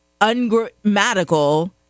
ungrammatical